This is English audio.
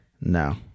No